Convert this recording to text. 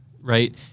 right